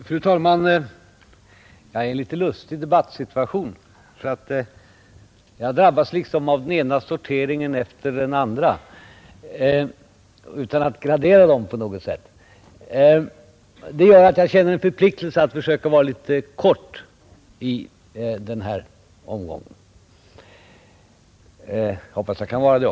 Fru talman! Jag befinner mig i en litet lustig debattsituation. Jag drabbas liksom av den ena sorteringen efter den andra. Jag vill inte gradera dem på något sätt, men det gör att jag känner en förpliktelse att försöka vara litet kort i denna omgång. Jag hoppas att jag kan vara det.